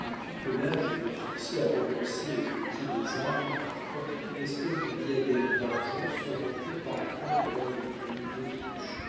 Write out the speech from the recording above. depuis que l'âge l'avait forcé à renoncer au métier des armes portait une espèce de diadème d'argent surmonté par trois grandes plumes d'autruche